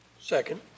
Second